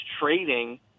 trading